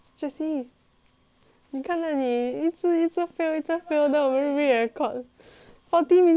你看啦你一直一直 fail 一直 fail then 我们 re-record forty minutes 而已 eh jessie